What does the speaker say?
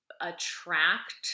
attract